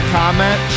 comment